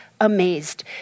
amazed